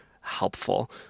helpful